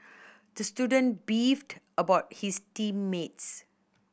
the student beefed about his team mates